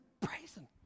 Praising